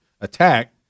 attack